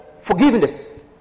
forgiveness